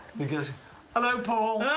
because hello, paul!